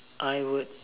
I would